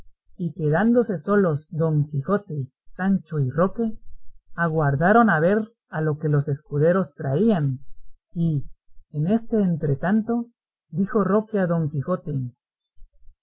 y quedándose solos don quijote sancho y roque aguardaron a ver lo que los escuderos traían y en este entretanto dijo roque a don quijote